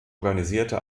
organisierte